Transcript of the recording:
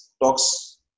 Talks